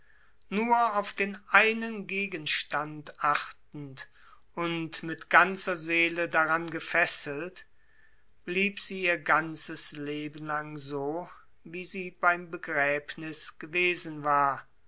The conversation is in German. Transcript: sich auf den einen gegenstand achtend und mit ganzer seele daran gefesselt blieb sie ihr ganzes leben lang so wie sie beim begräbniß gewesen war